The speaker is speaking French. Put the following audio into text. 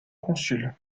consul